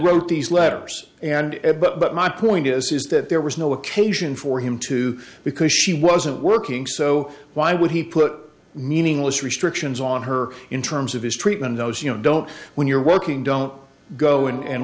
wrote these letters and but my point is is that there was no occasion for him to because she wasn't working so why would he put meaningless restrictions on her in terms of his treatment of those you know don't when you're working don't go in and